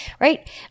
right